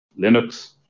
Linux